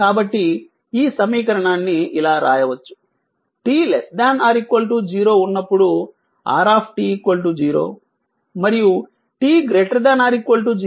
కాబట్టి ఈ సమీకరణాన్ని ఇలా రాయవచ్చు t ≤ 0 ఉన్నప్పుడు r 0 మరియు t ≥ 0 ఉన్నప్పుడు r t